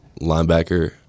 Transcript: linebacker